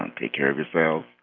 um take care of yourself.